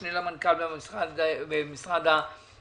המשנה למנכ"ל במשרד לבט"פ,